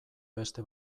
beste